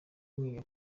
mwiga